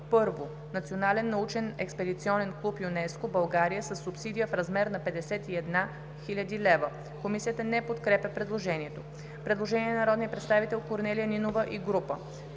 „1. Национален научен експедиционен клуб ЮНЕСКО — България, със субсидия в размер на 51,0 хил. лв.“ Комисията не подкрепя предложението. Предложение на народните представители Корнелия Нинова и група